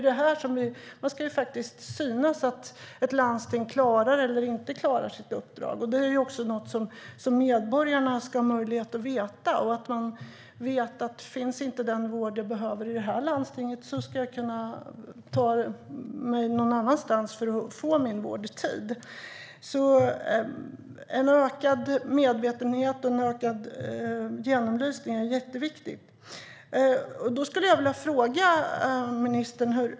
Det ska synas att ett landsting klarar eller inte klarar sitt uppdrag. Det är också något som medborgarna ska ha möjlighet att veta. Finns inte den vård jag behöver i landstinget ska jag kunna ta mig någon annanstans för att få min vård i tid. En ökad medvetenhet och en ökad genomlysning är jätteviktig. Jag skulle vilja ställa en fråga till ministern.